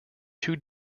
two